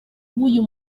w’uyu